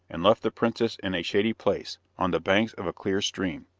and left the princess in a shady place, on the banks of a clear stream.